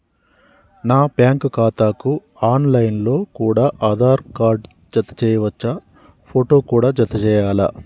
నా బ్యాంకు ఖాతాకు online లో కూడా ఆధార్ కార్డు జత చేయవచ్చా ఫోటో కూడా జత చేయాలా?